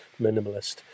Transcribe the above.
minimalist